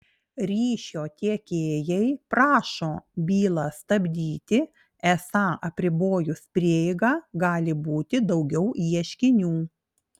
ryšio tiekėjai prašo bylą stabdyti esą apribojus prieigą gali būti daugiau ieškinių